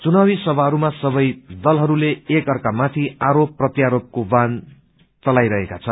चुनावी समाहरूमा सबै दलहरू एक अर्कामाथि आरोप प्रत्यारोपको वाण चलाइरहेका छन्